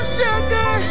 sugar